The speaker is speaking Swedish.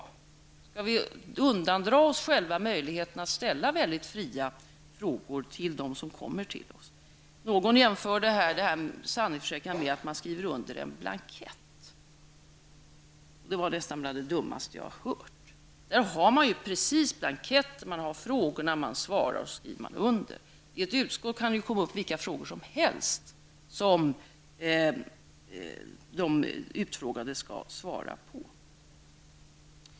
Skall vi undandra oss möjligheten att ställa mycket fria frågor till dem som kommer till oss? Någon jämförde detta med sanningsförsäkran med att man skriver under en blankett. Det var nästan det dummaste jag har hört. Där har man ju blanketten, man har frågorna, man svarar och sedan skriver man under. I ett utskott kan det komma upp vilka frågor som helst som de utfrågade skall svara på.